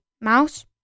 mouse